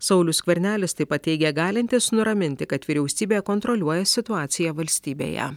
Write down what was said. saulius skvernelis taip pat teigė galintis nuraminti kad vyriausybė kontroliuoja situaciją valstybėje